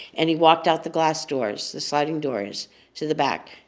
and he walked out the glass doors, the sliding doors to the back.